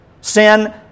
Sin